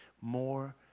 more